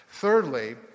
Thirdly